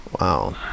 Wow